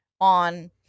on